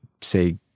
say